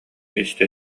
истэ